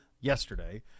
yesterday